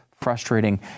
frustrating